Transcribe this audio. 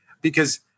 because-